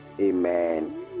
Amen